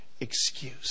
excuse